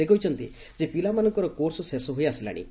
ସେ କହିଛନ୍ତି ଯେ ପିଲାମାନଙ୍କର କୋର୍ସ ଶେଷ ହୋଇ ଆସିଲାଶି